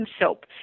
soap